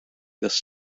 this